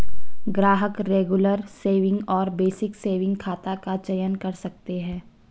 ग्राहक regular saving और basic saving खाता का चयन कर सकते है